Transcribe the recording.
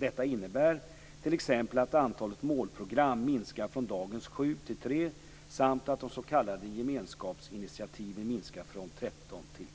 Detta innebär t.ex. att antalet målprogram minskar från dagens 7 till 3 samt att de s.k. gemenskapsinitiativen minskar från 13 till